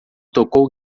tocou